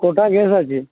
কটা গ্যাস আছে